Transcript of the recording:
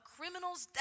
criminal's